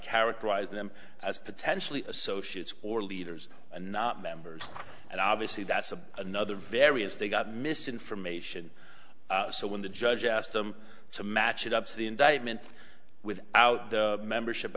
characterize them as potentially associates or leaders and not members and obviously that's a another variance they got misinformation so when the judge asked them to match it up to the indictment with out the membership